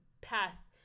past